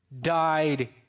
died